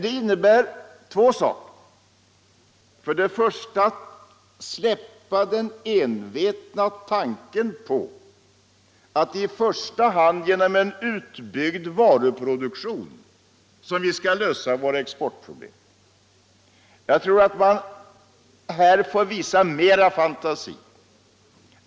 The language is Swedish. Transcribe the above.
Då måste vi först släppa den envetna tanken att det i första hand är genom en utbyggd varuproduktion som vi skall lösa våra exportproblem. Jag tror att man här måste visa mera fantasi.